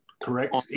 correct